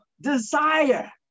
desire